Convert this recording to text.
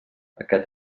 aquest